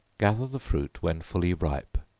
gather the fruit when fully ripe,